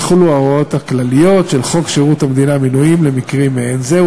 יחולו ההוראות הכלליות של חוק שירות המדינה (מינויים) למקרים מעין זה,